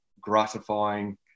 gratifying